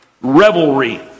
revelry